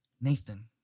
Nathan